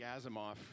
Asimov